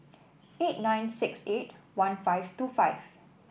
eight nine six eight one five two five